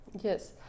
yes